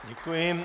Děkuji.